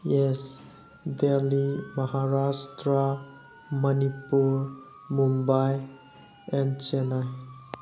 yes Delhi Maharashtra Manipur Mumbai and Chennai